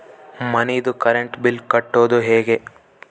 ಮನಿದು current bill ಕಟ್ಟೊದು ಹೇಗೆ?